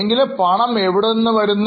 എങ്കിലും പണം എവിടെനിന്നു വരുന്നു